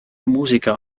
musiker